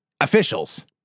officials